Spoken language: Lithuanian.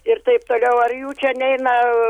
ir taip toliau ar jų čia neina